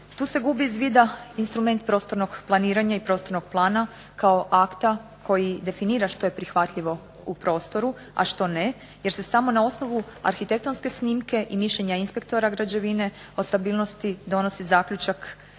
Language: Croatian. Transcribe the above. Tu se gubi iz vida instrument prostornog planiranja i prostornog plana kao akta koji definira što je prihvatljivo u prostoru, a što ne, jer se samo na osnovu arhitektonske snimke i mišljenja inspektora građevine o stabilnosti donosi zaključak